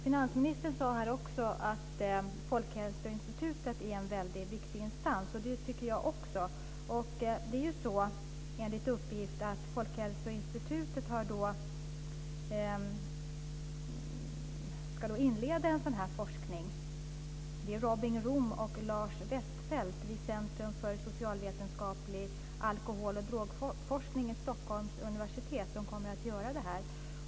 Finansministern sade här att Folkhälsoinstitutet är en mycket viktig instans. Det tycker också jag. Enligt uppgift ska Folkhälsoinstitutet inleda en forskning. Det är Robin Room och Lars Westfelt vid Centrum för socialvetenskaplig alkohol och drogforskning vid Stockholms universitet som kommer att göra den.